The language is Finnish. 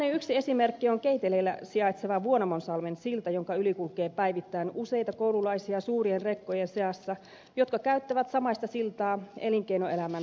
yksi tällainen esimerkki on keiteleellä sijaitseva vuonamonsalmen silta jonka yli kulkee päivittäin useita koululaisia suurien rekkojen seassa jotka käyttävät samaista siltaa elinkeinoelämän tarpeisiin